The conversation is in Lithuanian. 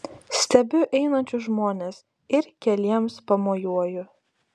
stebiu einančius žmones ir keliems pamojuoju